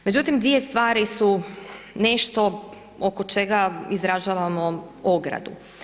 Međutim, dvije stvari su nešto oko čega izražavamo ogradu.